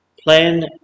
plan